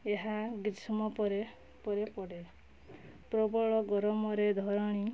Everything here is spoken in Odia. ଏହା ଗ୍ରୀଷ୍ମ ପରେ ପରେ ପଡ଼େ ପ୍ରବଳ ଗରମରେ ଧରଣୀ